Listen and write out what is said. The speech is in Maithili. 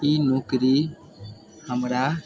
ई नौकरी हमरा